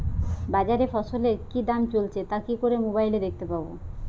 বাজারে ফসলের কি দাম চলছে তা কি করে মোবাইলে দেখতে পাবো?